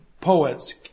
poets